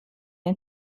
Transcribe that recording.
den